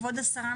וכבוד השרה,